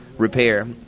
Repair